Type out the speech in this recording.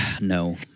No